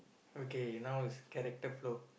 okay now is character flaw